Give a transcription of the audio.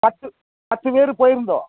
பத்து பத்து பேர் போய்ருந்தோம்